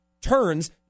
turns